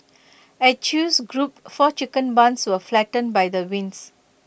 at chew's group four chicken barns were flattened by the winds